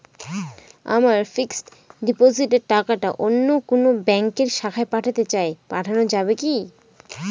আমার ফিক্সট ডিপোজিটের টাকাটা অন্য কোন ব্যঙ্কের শাখায় পাঠাতে চাই পাঠানো যাবে কি?